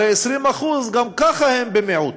הרי 20% גם ככה הם במיעוט.